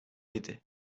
idi